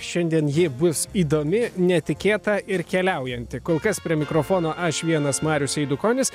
šiandien ji bus įdomi netikėta ir keliaujanti kol kas prie mikrofono aš vienas marius eidukonis